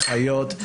אחים ואחיות,